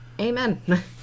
Amen